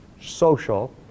social